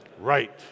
Right